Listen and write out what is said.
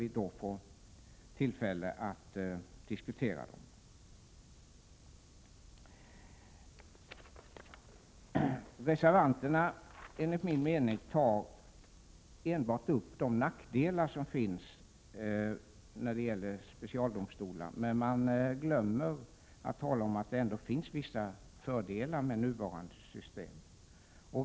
Vi får då tillfälle att diskutera dem. Reservanterna tar enbart upp de nackdelar som finns när det gäller specialdomstolar, men glömmer att det finns många fördelar med nuvarande system.